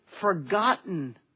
forgotten